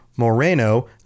Moreno